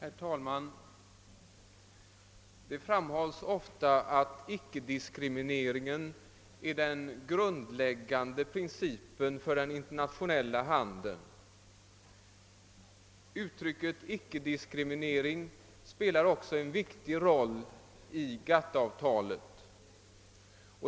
Herr talman! Det framhålles ofta att icke-diskrimineringen är den grundläggande principen för den internationella handeln. Uttrycket icke-diskriminering spelar också en viktig roll i GATT-avtalet.